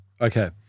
Okay